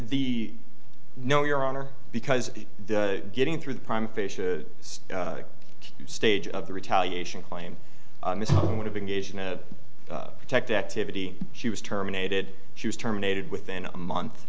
the know your honor because the getting through the prime fish stage of the retaliation claim i want to protect activity she was terminated she was terminated within a month